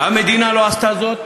המדינה לא עשתה זאת,